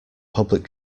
public